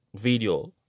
video